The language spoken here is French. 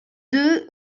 deux